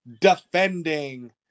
defending